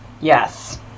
Yes